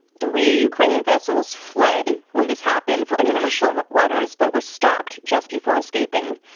three ukrainian vessels fled when this happened for international waters but were stopped just before escaping.